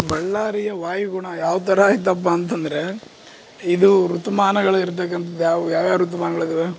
ಬಳ್ಳಾರಿಯ ವಾಯುಗುಣ ಯಾವ್ಥರ ಐತಪ್ಪ ಅಂತಂದರೆ ಇದು ಋತುಮಾನಗಳು ಇರ್ತಕಂಥದ್ದು ಯಾವ್ಯಾವ ಋತುಮಾನಗಳು ಇದಾವೆ